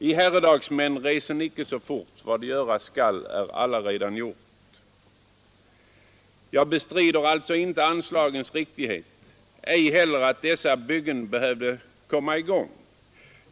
I herredagsmän resen icke så fort, vad göras skall är alla redan gjort! Jag bestrider alltså inte anslagens riktighet, ej heller att dessa byggen behövde komma i gång.